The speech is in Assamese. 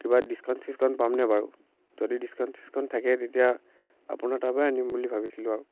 কিবা ডিছকাউণ্ট চিছকাউণ্ট পাম নে বাৰু যদি ডিছকাউণ্ট চিছকাউণ্ট থাকে তেতিয়া আপোনাৰ তাৰপৰাই আনিম বুলি ভাবিছিলোঁ আৰু